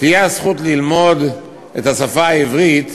תהיה הזכות ללמוד את השפה העברית